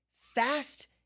Fast